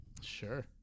Sure